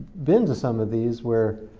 been to some of these where